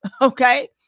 okay